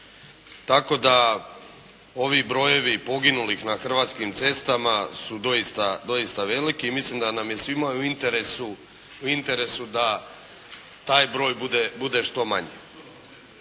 Tako da ovi brojevi poginulih na hrvatskim cestama su doista veliki i mislim da nam je svima u interesu da taj broj bude što manji.